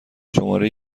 شماره